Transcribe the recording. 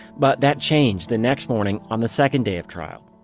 but that changed the next morning on the second day of trial.